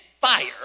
fire